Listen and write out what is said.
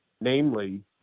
namely